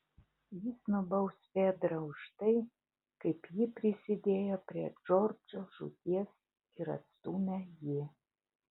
jis nubaus fedrą už tai kaip ji prisidėjo prie džordžo žūties ir atstūmė jį